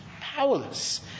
powerless